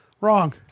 Wrong